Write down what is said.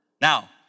Now